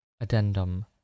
Addendum